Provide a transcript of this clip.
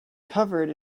covered